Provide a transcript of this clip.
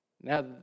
Now